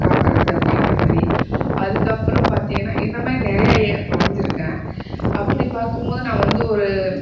காக்குறது அப்படின்ற மாதிரி அதுக்கு அப்புறம் பார்த்திங்கன்னா இந்தமாதிரி நிறைய வரைஞ்சு இருக்கேன் அப்படி பார்க்கும்போது நான் வந்து ஒரு